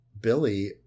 Billy